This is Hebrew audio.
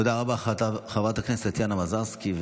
תודה רבה, חברת הכנסת טטיאנה מזרסקי.